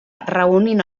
reunint